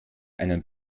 einen